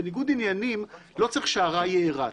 בניגוד עניינים לא צריך שהרע יארע,